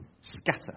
scatter